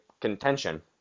contention